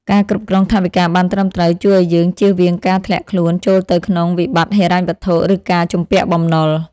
ការគ្រប់គ្រងថវិកាបានត្រឹមត្រូវ ជួយឱ្យយើងជៀសវាងការធ្លាក់ខ្លួនចូលទៅក្នុងវិបត្តិហិរញ្ញវត្ថុ ឬការជំពាក់បំណុល។